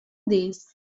this